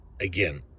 Again